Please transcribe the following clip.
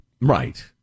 Right